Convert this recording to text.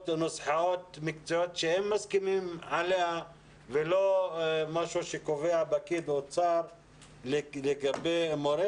נוסחאות מקצועיות שהם מסכימים עליהן ולא משהו שקובע פקיד אוצר לגבי מורה.